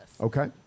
Okay